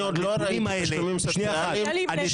אני עוד לא ראיתי תשלומים סוציאליים שהגודל